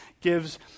gives